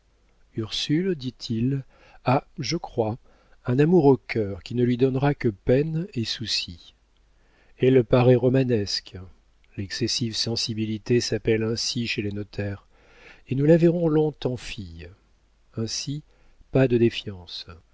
ursule dit-il a je crois un amour au cœur qui ne lui donnera que peine et soucis elle paraît romanesque l'excessive sensibilité s'appelle ainsi chez les notaires et nous la verrons longtemps fille ainsi pas de défiance